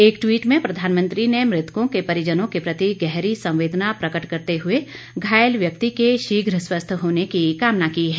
एक टवीट में प्रधानमंत्री ने मृतकों के परिजनों के प्रति गहरी संवेदना प्रकट करते हुए घायल व्यक्ति के शीघ्र स्वस्थ होने की कामना की है